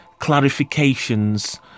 clarifications